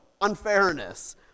unfairness